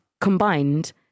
combined